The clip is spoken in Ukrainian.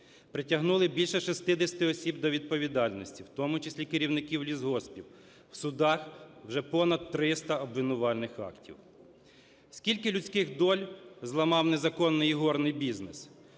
притягнули більше 60 осіб до відповідальності, в тому числі керівників лісгоспів. В судах вже понад 300 обвинувальних актів. Скільки людських доль зламав незаконний ігорний бізнес?